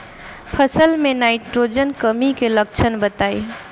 फसल में नाइट्रोजन कमी के लक्षण बताइ?